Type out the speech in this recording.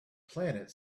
planet